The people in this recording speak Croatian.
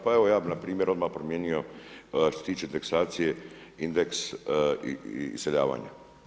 Pa evo ja bih na primjer odmah promijenio što se tiče indeksacije indeks iseljavanja.